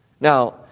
Now